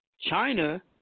China